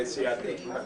30 זה סיעתי.